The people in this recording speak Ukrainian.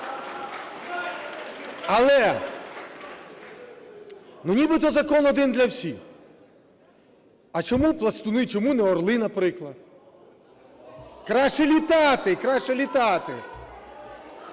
Але нібито закон один для всіх. А чому пластуни, чому не орли, наприклад? Краще літати. Шановні